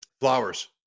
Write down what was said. Flowers